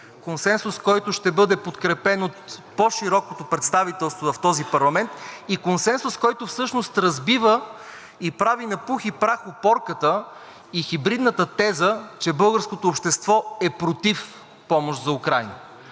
консенсус, който ще бъде подкрепен от по-широкото представителство в този парламент, и консенсус, който всъщност разбива и прави на пух и прах опорката и хибридната теза, че българското общество е против помощта за Украйна.